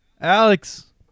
Alex